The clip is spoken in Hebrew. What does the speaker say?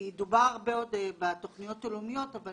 ידובר עוד בתכניות הלאומיות, אבל